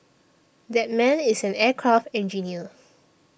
that man is an aircraft engineer